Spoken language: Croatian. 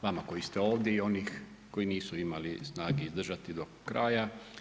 Vama koji ste ovdje i onih koji nisu imali snage izdržati do kraja.